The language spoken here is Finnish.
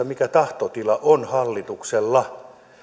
mikä tahtotila on hallituksella